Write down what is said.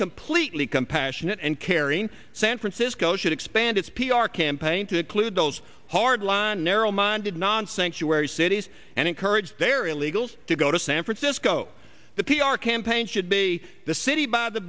completely compassionate and caring san francisco should expand its p r campaign to include those hard line narrow minded nonsense u s cities and encourage their illegals to go to san francisco the p r campaign should be the city by the